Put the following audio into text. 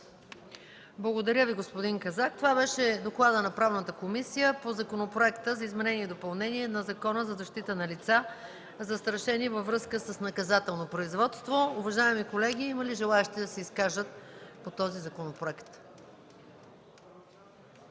Благодаря Ви, господин Казак. Това беше докладът на Комисията по правни въпроси по Законопроекта за изменение и допълнение на Закона за защита на лица, застрашени във връзка с наказателно производство. Уважаеми колеги, има ли желаещи да се изкажат по този законопроект?